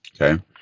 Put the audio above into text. okay